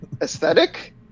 aesthetic